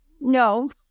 no